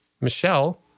Michelle